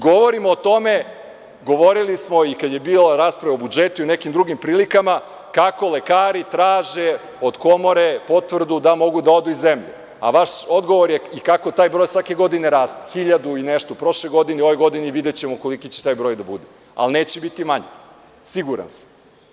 Govorim o tome, govorili smo i kada je bila rasprava o budžetu i u nekim drugim prilikama, kako lekari traže od Komore potvrdu da mogu da odu iz zemlje, a vaš odgovor je i kako taj broj svake godine raste, hiljadu i nešto prošle godine, u ovoj godini videćemo koliki će taj broj da bude, ali neće biti manji, siguran sam.